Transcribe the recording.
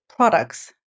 Products